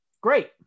great